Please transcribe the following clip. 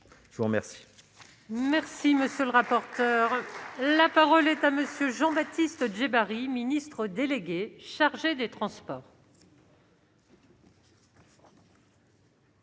Je vous remercie